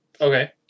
Okay